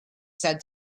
said